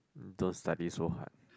don't study so hard